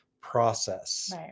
process